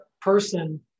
person